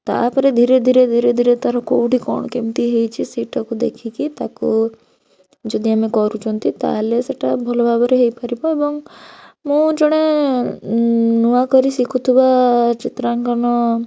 ତା'ପରେ ଧୀରେ ଧୀରେ ଧୀରେ ଧୀରେ ତାର କେଉଁଠି କ'ଣ କେମିତି ହେଇଛି ସେଇଟାକୁ ଦେଖିକି ତାକୁ ଯଦି ଆମେ କରୁଛନ୍ତି ତାହେଲେ ସେଇଟା ଭଲ ଭାବରେ ହେଇପାରିବ ଏବଂ ମୁଁ ଜଣେ ନୂଆ କରି ଶିଖୁଥିବା ଚିତ୍ରାଙ୍କନ